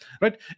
right